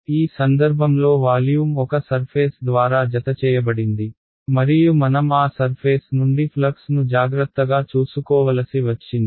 ఈ సందర్భంలో వాల్యూమ్ ఒక సర్ఫేస్ ద్వారా జతచేయబడింది మరియు మనం ఆ సర్ఫేస్ నుండి ఫ్లక్స్ను జాగ్రత్తగా చూసుకోవలసి వచ్చింది